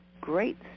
great